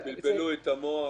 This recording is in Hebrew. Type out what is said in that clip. הם בלבלו את המוח.